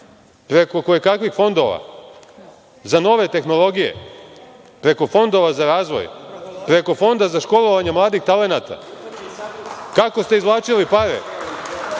je kakvih fondova za nove tehnologije, preko fondova za razvoj, preko Fonda za školovanje mladih talenata? Kako ste izvlačili pare?